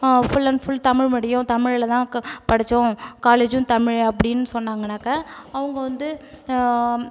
full and full Tamil medium தமிழில் தான் படிச்சோம் காலேஜும் தமிழில் அப்படின்னு சொன்னாங்கனாக்க அவங்க வந்து